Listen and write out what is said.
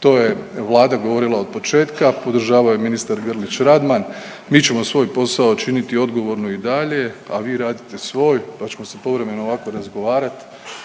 To je vlada govorila od početka, podržavao je i ministar Grlić Radman. Mi ćemo svoj posao činiti odgovorno i dalje, a vi radite svoj pa ćemo se povremeno ovako razgovarati.